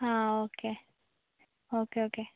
ആ okay okay okay